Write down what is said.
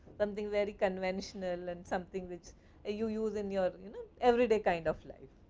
something very conventional, and something which ah you use in your every day kind of life.